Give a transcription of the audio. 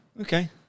Okay